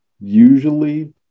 usually